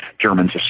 Germans